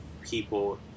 people